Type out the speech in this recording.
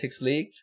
league